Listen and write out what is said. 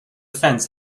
fence